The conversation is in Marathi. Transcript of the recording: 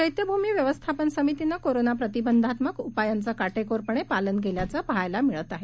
चैत्यभ्मीव्यवस्थापनसमितीनंकोरोनाप्रतिबंधात्मकउपायांचंकाटेकोरपणेपालनकेल्याचंपहाय लामिळतआहे